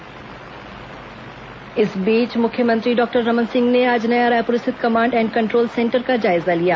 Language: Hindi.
मुख्यमंत्री जायजाधन्यवाद रैली इस बीच मुख्यमंत्री डॉक्टर रमन सिंह ने आज नया रायपुर स्थित कमांड एन्ड कंट्रोल सेंटर का जायजा लिया